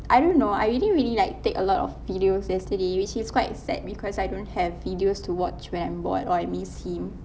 I don't know I didn't really like take a lot of videos yesterday which is quite sad because I don't have videos to watch when I'm bored or I miss him